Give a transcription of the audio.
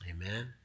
Amen